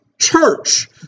church